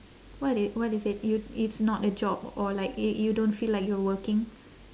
what i~ what they say you it's not a job or like you you don't feel like you're working